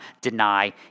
deny